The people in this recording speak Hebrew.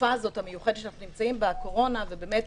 התקופה המיוחדת שאנחנו נמצאים בה, הקורונה, ובאמת